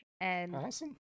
Awesome